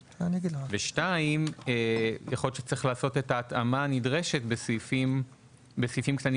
יכול להיות שצריך לעשות את ההתאמה הנדרשת בסעיפים קטנים